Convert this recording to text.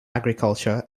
agriculture